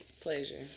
pleasure